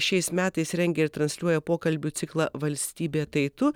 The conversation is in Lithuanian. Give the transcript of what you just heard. šiais metais rengia ir transliuoja pokalbių ciklą valstybė tai tu